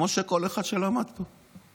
כמו כל אחד שלמד פה.